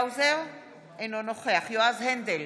אינו נוכח יועז הנדל,